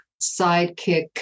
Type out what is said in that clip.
sidekick